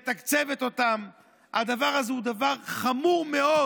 מתקצבת אותם הדבר הזה הוא דבר חמור מאוד,